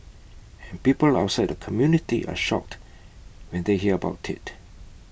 and people outside the community are shocked when they hear about IT